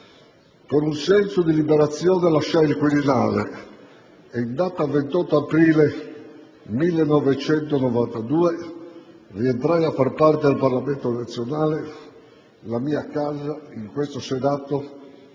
Con un senso di liberazione lasciai il Quirinale e, in data 28 aprile 1992, rientrai a far parte del Parlamento nazionale, la mia casa, in questo Senato,